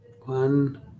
One